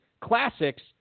classics